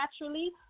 naturally